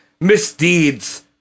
misdeeds